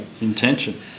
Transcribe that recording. intention